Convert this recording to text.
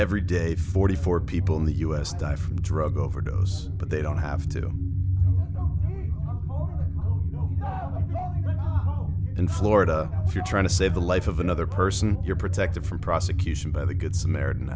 every day forty four people in the us die from drug overdose but they don't have to do in florida if you're trying to save the life of another person you're protected from prosecution by the good samaritan